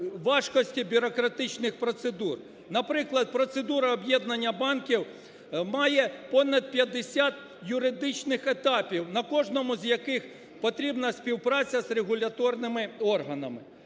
важкості бюрократичних процедур. Наприклад, процедура об'єднання банків має понад 50 юридичних етапів, на кожному з яких потрібна співпраця з регуляторними органами.